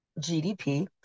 GDP